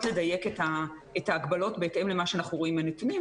לדייק את ההגבלות בהתאם למה שאנחנו רואים מן הנתונים,